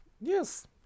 Yes